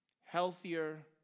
healthier